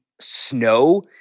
snow